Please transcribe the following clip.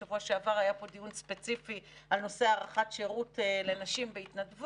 שבוע שעבר היה פה דיון ספציפי על נושא הארכת שירות לנשים בהתנדבות.